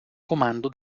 comando